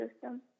system